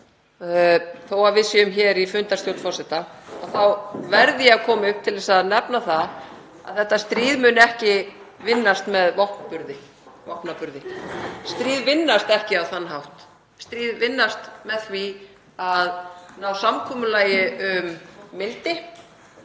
þó að við séum hér í fundarstjórn forseta, þá verð ég að koma upp og nefna að þetta stríð mun ekki vinnast með vopnaburði. Stríð vinnast ekki á þann hátt. Stríð vinnast með því að ná samkomulagi um mildi